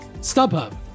StubHub